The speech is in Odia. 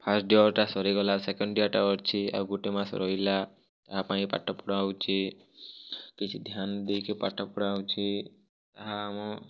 ଫାଷ୍ଟ୍ ଇଅର୍ଟା ସରିଗଲା ସେକେଣ୍ଡ୍ ଇଅର୍ଟା ଅଛି ଆଉ ଗୋଟେ ମାସ ରହିଲା ତା ପାଇଁ ପାଠ ପଢ଼ା ହେଉଛି କିଛି ଧ୍ୟାନ ଦେଇକି ପାଠ ପଢ଼ା ହେଉଛି ଆମ